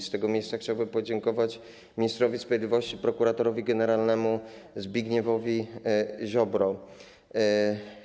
Z tego miejsca chciałbym podziękować ministrowi sprawiedliwości, prokuratorowi generalnemu Zbigniewowi Ziobrze.